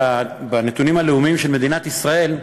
בנתונים הלאומיים של מדינת ישראל.